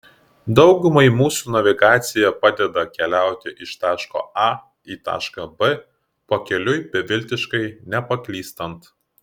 daugumai mūsų navigacija padeda keliauti iš taško a į tašką b pakeliui beviltiškai nepaklystant